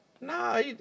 Nah